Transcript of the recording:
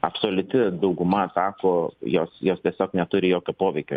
absoliuti dauguma atakų jos jos tiesiog neturi jokio poveikio